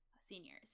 seniors